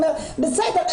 אומרת "בסדר,